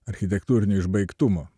architektūrinio išbaigtumo